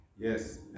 Yes